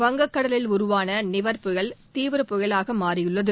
வங்கக் கடலில் உருவான நிவர் புயல் தீவிர புயலாக மாறியுள்ளது